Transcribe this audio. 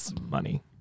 money